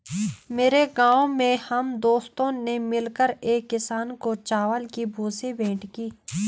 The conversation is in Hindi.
मेरे गांव में हम दोस्तों ने मिलकर एक किसान को चावल की भूसी भेंट की